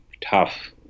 tough